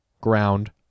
ground